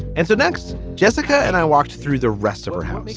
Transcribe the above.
and so next, jessica and i walked through the rest of her house.